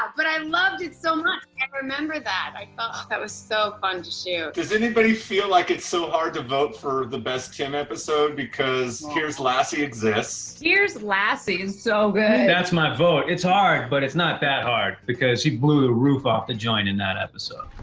but i loved it so much. i remember that. i thought that was so fun to shoot. does anybody feel like it's so hard to vote for the best tim episode because. here's lassie exists? here's lassie is so good! that's my vote. it's hard, but it's not that hard. because he blew the root off the joint in that episode.